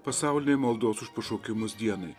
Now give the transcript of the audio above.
pasaulinei maldos už pašaukimus dienai